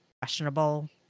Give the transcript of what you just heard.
questionable